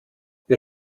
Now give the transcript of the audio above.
wir